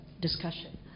discussion